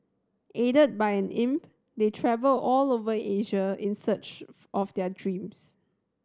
aided by an imp they travel all over Asia in search of their dreams